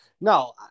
no